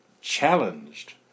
challenged